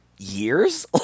Years